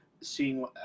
seeing